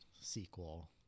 sequel